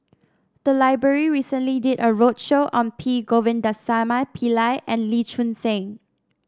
the library recently did a roadshow on P Govindasamy Pillai and Lee Choon Seng